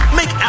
make